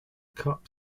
cup